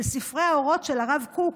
של ספרי האורות של הרב קוק,